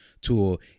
tool